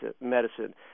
medicine